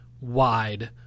wide